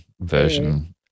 version